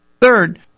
Third